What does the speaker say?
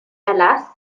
erlass